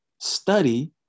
study